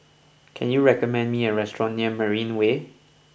can you recommend me a restaurant near Marina Way